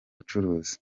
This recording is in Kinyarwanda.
by’ubucuruzi